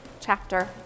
chapter